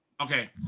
okay